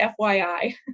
FYI